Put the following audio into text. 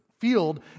field